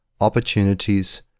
Opportunities